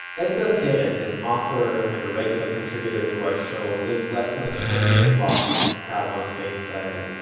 etgar keret, an author and a regular contributor to our show, lives less than a ten minute walk from kikar malchey so israel,